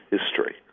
history